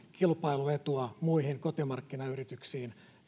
kilpailuetua muihin kotimarkkinayrityksiin